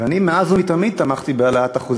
ואני מאז ומתמיד תמכתי בהעלאת אחוז